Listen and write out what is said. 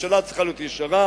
ממשלה צריכה להיות ישרה,